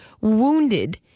wounded